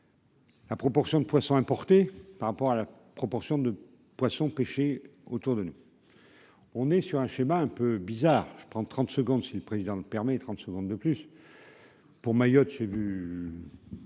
La proportion de poissons importés par rapport à la proportion de poissons pêchés autour de nous, on est sur un schéma un peu bizarre, je prends 30 secondes si le président le permet et trente secondes de plus pour Mayotte vu